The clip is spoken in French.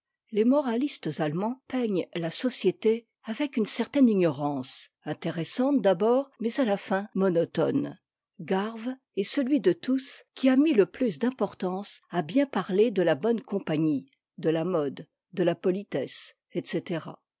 les moralistes allemands peignent la société avec une certaine ignorance intéressante d'abord mais à la fin monotone garve est celui de tous qui a mis le plus d'importance à bien parier de la bonne compagnie de la mode de la politesse etc